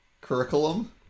Curriculum